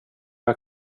jag